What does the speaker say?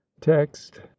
text